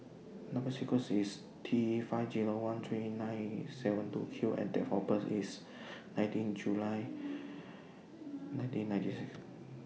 Number sequence IS T five Zero one three nine seven two Q and Date of birth IS nineteen July nineteen ninety six